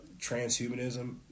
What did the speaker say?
transhumanism